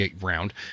round